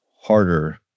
harder